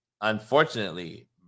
unfortunately